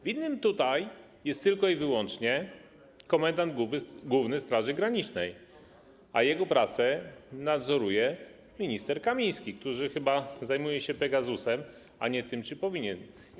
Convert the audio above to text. Winny jest tutaj tylko i wyłącznie komendant główny Straży Granicznej, a jego pracę nadzoruje minister Kamiński, który chyba zajmuje się Pegasusem, a nie tym, czym powinien.